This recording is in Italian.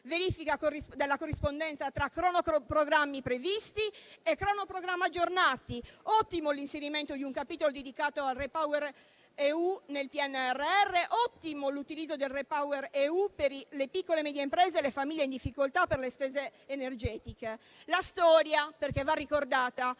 verifica della corrispondenza tra cronoprogrammi previsti e cronoprogrammi aggiornati. Ottimo è l'inserimento nel PNRR di un capitolo dedicato al REPowerEU, così come ottimo è l'utilizzo del REPowerEU per le piccole e medie imprese e le famiglie in difficoltà per le spese energetiche. La storia, però, va ricordata.